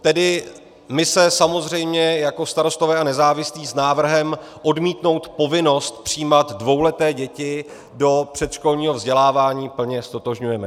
Tedy my se samozřejmě jako Starostové a nezávislí s návrhem odmítnout povinnost přijímat dvouleté děti do předškolního vzdělávání plně ztotožňujeme.